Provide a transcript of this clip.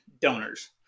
donors